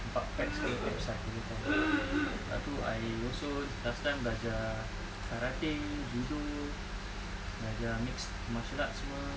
empat pack punya abs lah kirakan dah tu I also last time belajar karate judo belajar mixed martial arts semua